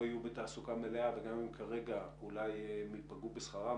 יהיו בתעסוקה מלאה וגם אם כרגע אולי הם ייפגעו בשכרם,